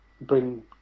bring